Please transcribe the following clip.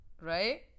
Right